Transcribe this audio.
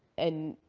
and,